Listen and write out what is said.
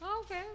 okay